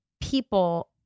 people